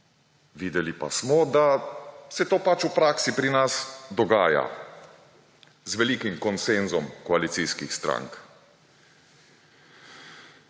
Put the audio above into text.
Videli pa smo, da se to v praksi pri nas dogaja z velikim konsenzom koalicijskih strank.